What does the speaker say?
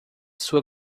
sua